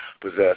possess